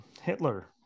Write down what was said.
Hitler